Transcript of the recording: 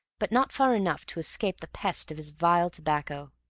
but not far enough to escape the pest of his vile tobacco.